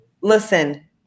Listen